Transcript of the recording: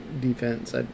defense